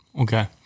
Okay